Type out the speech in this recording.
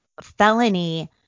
felony